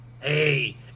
Hey